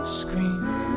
scream